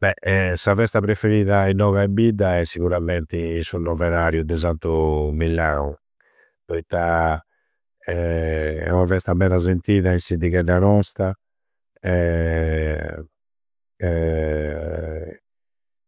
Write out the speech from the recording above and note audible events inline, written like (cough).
Bhe sa festa preferida innoga in bidda è sigurammenti su neovnariu de Santu Millau, poitta (hesitation) è ua festa meda sentida in sa iddighedda nosta (hesitation)